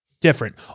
Different